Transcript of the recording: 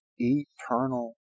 eternal